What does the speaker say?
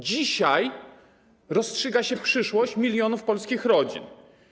Dzisiaj rozstrzyga się przyszłość milionów polskich rodzin.